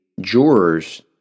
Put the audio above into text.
jurors